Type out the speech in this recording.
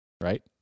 Right